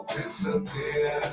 disappear